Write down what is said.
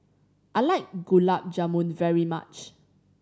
I like Gulab Jamun very much